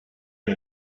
and